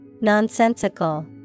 Nonsensical